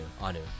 Anu